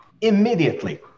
immediately